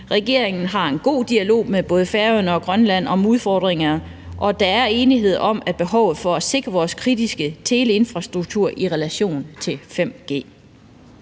Regeringen har en god dialog med både Færøerne og Grønland om udfordringerne, og der er enighed om behovet for at sikre vores kritiske teleinfrastruktur i relation til 5G.